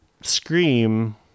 Scream